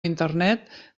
internet